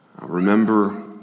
Remember